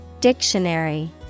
Dictionary